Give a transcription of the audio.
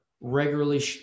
regularly